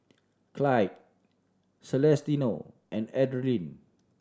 Clydie Celestino and Adriane